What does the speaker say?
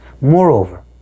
Moreover